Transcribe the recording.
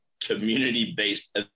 community-based